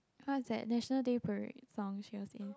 what's that National Day parade song she was singing